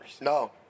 No